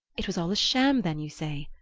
it was all a sham then, you say?